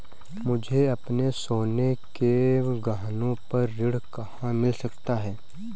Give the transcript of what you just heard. मुझे अपने सोने के गहनों पर ऋण कहाँ मिल सकता है?